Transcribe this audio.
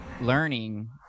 learning